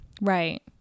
Right